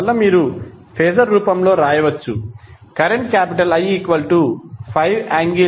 అందువల్ల మీరు ఫేజర్ రూపంలో వ్రాయవచ్చు కరెంట్ I 5∠126